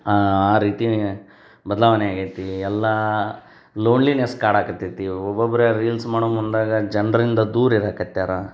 ಆ ಆ ರೀತಿ ಬದಲಾವಣೆ ಆಗೈತಿ ಎಲ್ಲ ಲೋನ್ಲಿನೆಸ್ ಕಾಡಕ್ಕತ್ತೈತಿ ಒಬ್ಬೊಬ್ರೆ ರೀಲ್ಸ್ ಮಾಡೋ ಮುಂದಾಗ ಜನರಿಂದ ದೂರ ಇರಕ್ಕತ್ಯಾರ